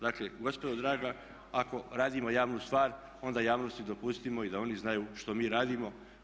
Dakle, gospodo draga ako radimo javnu stvar onda javnosti dopustimo i da oni znaju što mi radimo.